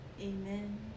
Amen